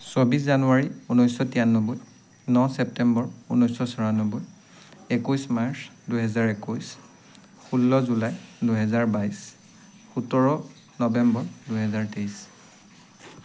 চৌব্বিছ জানুৱাৰী ঊনৈছশ তিৰানব্বৈ ন ছেপ্টেম্বৰ ঊনৈছশ চৌৰানব্বৈ একৈছ দুহেজাৰ একৈছ ষোল্ল জুলাই দুহেজাৰ বাইছ সোতৰ নৱেম্বৰ দুহেজাৰ তেইছ